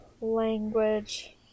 Language